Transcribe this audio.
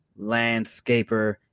landscaper